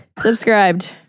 Subscribed